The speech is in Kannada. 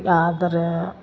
ಯಾವುದಾರೆ